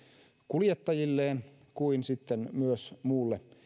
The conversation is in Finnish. kuljettajilleen kuin myös muulle